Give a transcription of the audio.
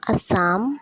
Assam